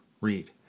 read